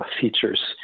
features